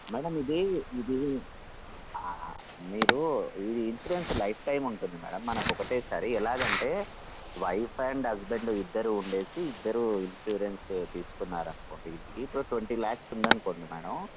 madam ఇది ఇది మీరు ఇది ఇన్సూరెన్స్ లైఫ్ టైమ్ ఉంటుంది మేడమ్ మనకు ఒకటేసారి ఎలాగంటే వైఫ్ అండ్ హస్బెండ్ ఇద్దరు ఉండేసి ఇద్దరూ ఇన్సూరెన్స్ తీసుకున్నారనుకోండి ఇంటికి ఇప్పుడు ట్వంటీ లాక్స్ ఉందనుకోండి మేడమ్